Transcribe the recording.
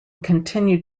continued